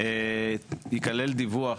ייכלל דיווח